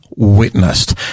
witnessed